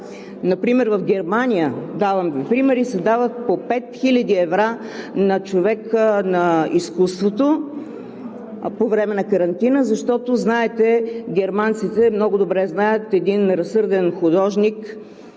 с пример. В Германия се дават по 5 хил. евро на човек на изкуството по време на карантина, защото германците много добре знаят един разсърден художник